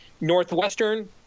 Northwestern